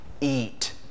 eat